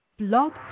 blog